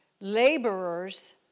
laborers